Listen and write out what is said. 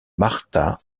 martha